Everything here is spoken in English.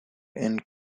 and